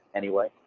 anyway,